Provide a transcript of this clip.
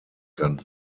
kann